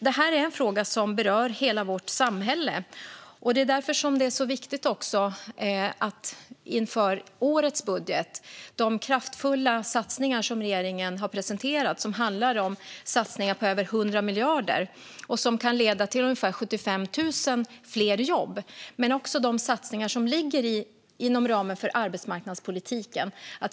Det här är en fråga som berör hela vårt samhälle. Det är därför det är så viktigt med de kraftfulla satsningar på över 100 miljarder som regeringen har presenterat inför årets budget och som kan leda till ungefär 75 000 fler jobb. Det handlar också om de satsningar som ligger inom ramen för arbetsmarknadspolitiken.